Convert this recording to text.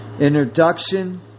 introduction